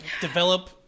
develop